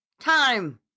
time